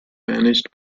managed